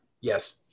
Yes